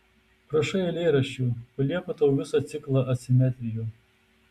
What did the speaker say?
prašai eilėraščių palieku tau visą ciklą asimetrijų